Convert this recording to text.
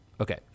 Okay